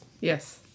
Yes